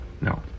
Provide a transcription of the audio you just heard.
No